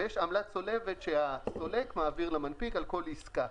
ויש עמלה צולבת שהסולק מעביר למנפיק על כל עסקה.